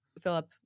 philip